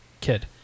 kid